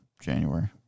january